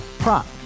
Prop